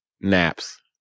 naps